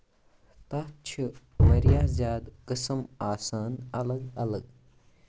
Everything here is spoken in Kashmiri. اَتھ چھِ واریاہ زیادٕ قٔسٕم آسان اَلگ اَلگ